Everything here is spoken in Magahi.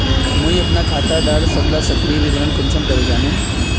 मुई अपना खाता डार सबला सक्रिय विवरण कुंसम करे जानुम?